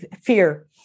fear